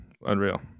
unreal